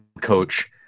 coach